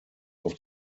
auf